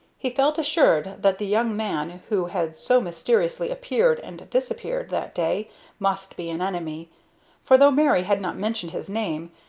he felt assured that the young man who had so mysteriously appeared and disappeared that day must be an enemy for, though mary had not mentioned his name,